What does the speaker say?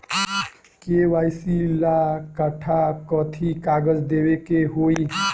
KYC ला कट्ठा कथी कागज देवे के होई?